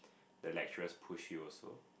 the lecturers push you also